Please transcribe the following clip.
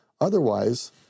Otherwise